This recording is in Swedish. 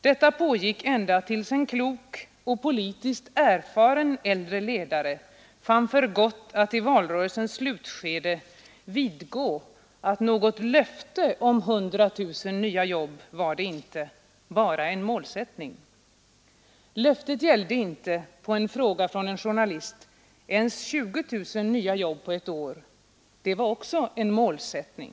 Detta pågick ända till dess en klok och politiskt erfaren ledare fann för gott att i valrörelsens slutskede vidgå att något löfte om 100 000 nya jobb var det inte, bara en målsättning. Löftet gällde inte ens — på en fråga från en journalist — 20 000 nya jobb på ett år. Det var också en målsättning.